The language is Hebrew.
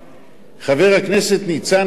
חבר הכנסת ניצן הורוביץ,